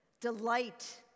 Delight